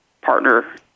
partner